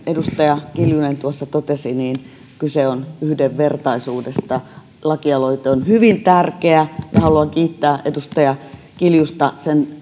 edustaja kiljunen tuossa totesi kyse on yhdenvertaisuudesta lakialoite on hyvin tärkeä ja haluan kiittää edustaja kiljusta sen